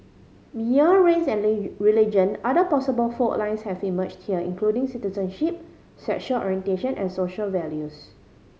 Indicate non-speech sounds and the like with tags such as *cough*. beyond race and *unintelligible* religion other possible fault lines have emerged here including citizenship sexual orientation and social values